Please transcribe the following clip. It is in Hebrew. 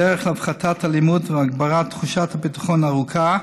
הדרך להפחתת אלימות ולהגברת תחושת ביטחון היא ארוכה,